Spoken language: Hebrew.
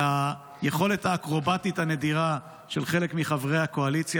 היכולת האקרובטית הנדירה של חלק מחברי הקואליציה